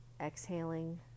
exhaling